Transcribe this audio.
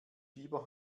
fieber